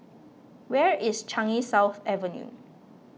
where is Changi South Avenue